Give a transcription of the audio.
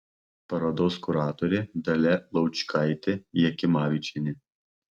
parodos kuratorė dalia laučkaitė jakimavičienė